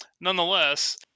Nonetheless